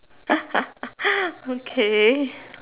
okay